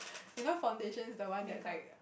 you know foundation is the one that like